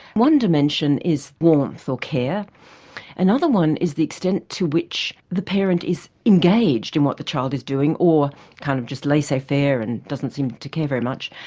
one dimension is warmth or care another one is the extent to which the parent is engaged in what the child is doing, or kind of just laissez faire and doesn't seem to care very much,